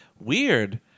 weird